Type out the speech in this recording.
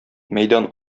мәйдан